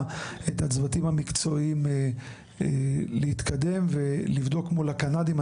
את הצוותים המקצועיים להתקדם ולבדוק מול הקנדים,